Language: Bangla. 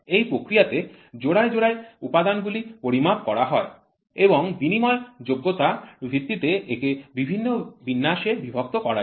এই প্রক্রিয়াতে জোড়ায় জোড়ায় উপাদানগুলি পরিমাপ করা হয় এবং বিনিময়যোগ্যতা র ভিত্তিতে একে বিভিন্ন বিন্যাসে বিভক্ত করা যায়